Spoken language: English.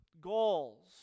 goals